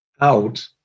out